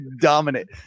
dominant